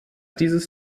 dieses